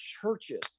churches